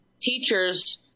teachers